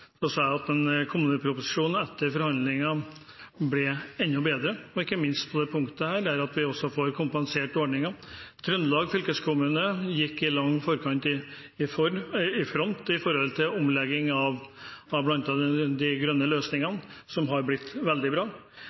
kommuneproposisjonen etter forhandlingene ble enda bedre, og ikke minst på dette punktet, der vi også får kompensert ordningen. Trøndelag fylkeskommune gikk i front når det gjaldt omlegging av bl.a. de grønne løsningene, som har blitt veldig bra.